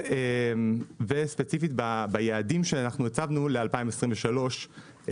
וספציפית ביעדים שאנחנו הצבנו ל-2023,